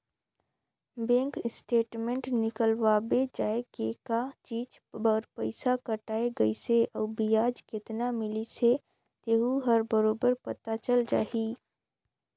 bank statement निकलवाबे जाये के का चीच बर पइसा कटाय गइसे अउ बियाज केतना मिलिस हे तेहू हर बरोबर पता चल जाही